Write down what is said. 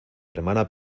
hermana